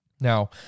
Now